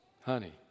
Honey